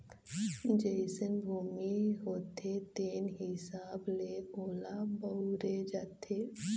जइसन भूमि होथे तेन हिसाब ले ओला बउरे जाथे